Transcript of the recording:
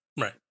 right